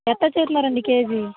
ఎంత చెప్తున్నారండి కేజీ